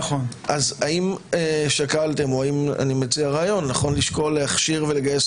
האם שקלתם או האם נכון לשקול להכשיר ולגייס